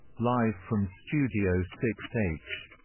live from studio six h,